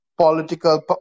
political